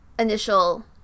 initial